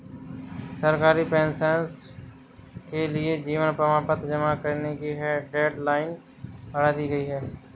सरकारी पेंशनर्स के लिए जीवन प्रमाण पत्र जमा करने की डेडलाइन बढ़ा दी गई है